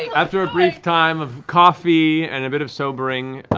after a brief time of coffee and a bit of sobering,